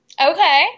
Okay